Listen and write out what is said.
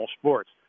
sports